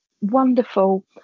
wonderful